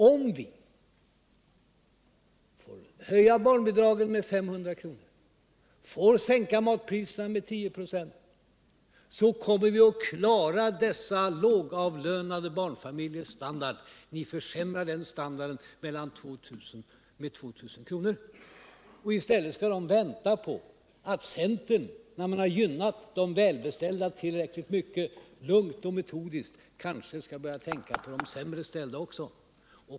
Om vi får höja barnbidraget med 500 kr. och sänka matpriserna med 10 96, kommer vi att klara dessa lågavlönade barnfamiljers standard. Ni försämrar den standarden med 2 000 kr. I stället skall de vänta på att centern, när man gynnat de välbeställda tillräckligt mycket, lugnt och metodiskt skall börja tänka på de sämre ställda också.